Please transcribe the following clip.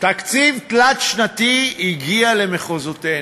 תקציב תלת-שנתי הגיע למחוזותינו.